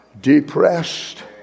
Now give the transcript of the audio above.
depressed